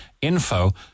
info